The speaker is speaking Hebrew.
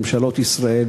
ממשלות ישראל,